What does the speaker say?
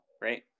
right